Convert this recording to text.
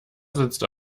sitzt